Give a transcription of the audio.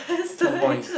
two points